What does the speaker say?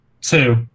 Two